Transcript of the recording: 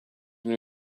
new